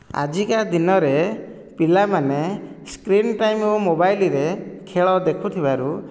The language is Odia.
ଆଜିକା ଦିନରେ ପିଲାମାନେ ସ୍କ୍ରିନ ଟାଇମ ଓ ମୋବାଇଲରେ ଖେଳ ଦେଖୁଥିବାରୁ